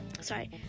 Sorry